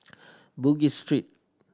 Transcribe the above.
Bugis Street